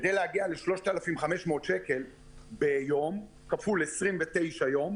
כדי להגיע ל-3,500 שקלים ביום כפול 29 ימים.